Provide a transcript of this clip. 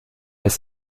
ist